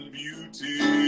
beauty